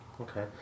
Okay